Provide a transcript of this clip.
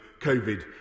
Covid